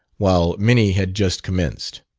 while many had just commenced.